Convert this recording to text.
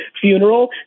funeral